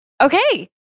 Okay